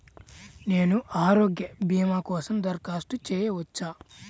నేను ఆరోగ్య భీమా కోసం దరఖాస్తు చేయవచ్చా?